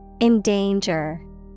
Endanger